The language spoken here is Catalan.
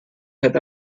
fet